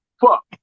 Fuck